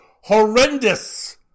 horrendous